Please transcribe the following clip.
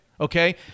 Okay